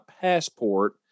passport